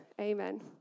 amen